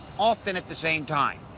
often at the same time.